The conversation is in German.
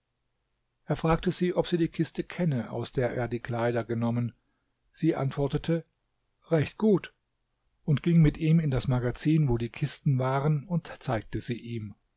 er fragte sie ob sie die kiste kenne aus der er die kleider genommen sie antwortete recht gut und ging mit ihm in das magazin wo die kisten waren und zeigte sie ihm